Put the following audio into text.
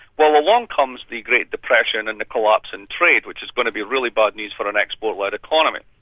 well, along comes the great depression and the collapse in trade, which is going to be really bad news for an export-led economy.